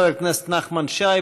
חבר הכנסת נחמן שי,